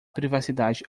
privacidade